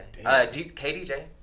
KDJ